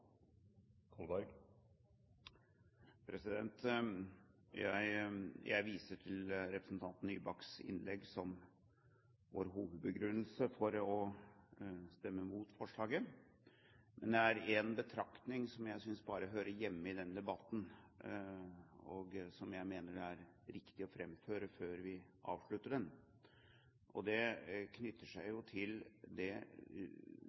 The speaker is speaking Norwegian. Jeg viser til representanten Nybakks innlegg som vår hovedbegrunnelse for å stemme imot forslaget. Men det er én betraktning som jeg synes hører hjemme i denne debatten, og som jeg mener er riktig å fremføre før vi avslutter den. Det knytter seg til det